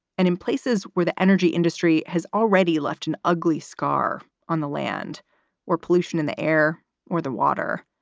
and in places where the energy industry has already left an ugly scar on the land where pollution in the air or the water,